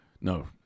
no